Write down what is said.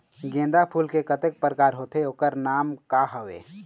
गेंदा फूल के कतेक प्रकार होथे ओकर नाम का हवे?